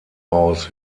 aus